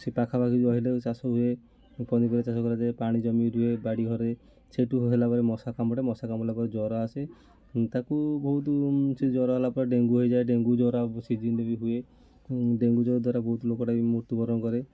ସେ ପାଖା ପାଖି ଗହିରରେ ଚାଷ ହୁଏ ପନିପରିବା ଚାଷ କରାଯାଏ ପାଣି ଜମି ରହେ ବାଡ଼ି ଘରେ ସେଇଠୁ ହେଲା ପରେ ମଶା କାମୁଡ଼େ ମଶା କାମୁଡ଼ିଲା ପରେ ଜର ଆସେ ତାକୁ ବହୁତ ସେ ଜର ହେଲା ପରେ ଡେଙ୍ଗୁ ହୋଇଯାଏ ଡେଙ୍ଗୁ ଜର ସିଜନ୍ରେ ବି ହୁଏ ଡେଙ୍ଗୁ ଜର ଦ୍ୱାରା ବହୁତ ଲୋକ ବି ମୃତ୍ୟୁବରଣ କରେ